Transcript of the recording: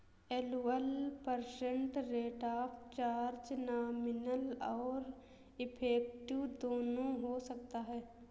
annual percent rate of charge nominal और effective दोनों हो सकता है